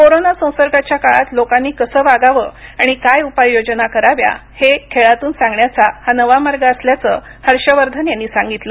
corona संसर्गाच्या काळात लोकांनी कसं वागावं आणि काय उपाययोजना कराव्या हे खेळातून सांगण्याचा हा नवा मार्ग असल्याचं हर्षवर्धन यांनी सांगितलं